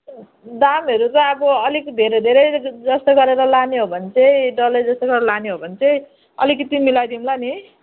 दामहरू चाहिँ अब अलिक धेरै धेरै जस्तो गरेर लाने हो भने चाहिँ डल्लै जसो गरेर लाने हो भने चाहिँ अलिकति मिलाइदिउँला नि